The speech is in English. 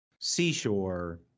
Seashore